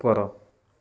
ଉପର